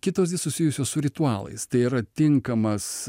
kitos susijusios su ritualais tai yra tinkamas